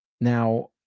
Now